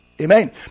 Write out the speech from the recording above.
Amen